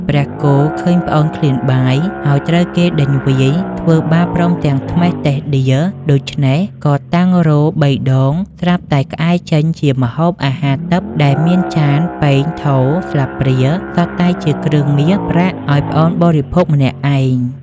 ព្រះគោឃើញប្អូនឃ្លានបាយ ហើយត្រូវគេដេញវាយ ធ្វើបាបព្រមទាំងត្មះតេះដៀលដូច្នេះ ក៏តាំងរោទិ៍បីដងស្រាប់តែក្អែចេញជាម្ហូបអាហារទិព្វដែលមានចាន ពែង ថូ ស្លាបព្រា សុទ្ធតែជាគ្រឿងមាសប្រាក់ឲ្យប្អូនបរិភោគម្នាក់ឯង ។